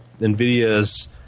NVIDIA's